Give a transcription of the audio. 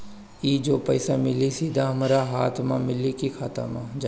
ई जो पइसा मिली सीधा हमरा हाथ में मिली कि खाता में जाई?